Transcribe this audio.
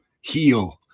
heal